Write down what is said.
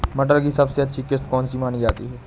मटर की सबसे अच्छी किश्त कौन सी मानी जाती है?